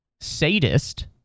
sadist